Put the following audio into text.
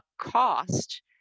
cost